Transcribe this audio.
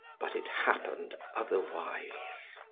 but it happened otherwise.